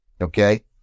okay